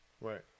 Right